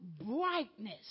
brightness